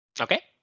Okay